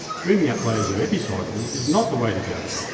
dreaming up layers of epicycles is not the way to go.